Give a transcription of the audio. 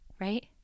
right